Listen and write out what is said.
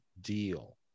deal